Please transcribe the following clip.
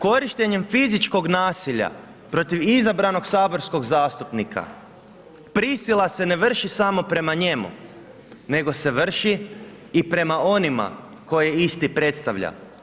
Korištenjem fizičkog nasilja, protiv izabranog saborskog zastupnika, prisila se ne vrši samo prema njemu, nego se vrši i prema onima koji isti predstavlja.